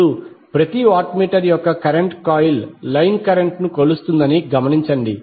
ఇప్పుడు ప్రతి watt meter యొక్క కరెంట్ కాయిల్ లైన్ కరెంట్ ను కొలుస్తుందని గమనించండి